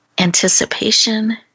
anticipation